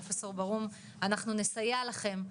פרופסור ברהום אנחנו נסייע לכם,